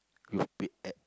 you been at